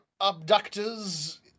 abductors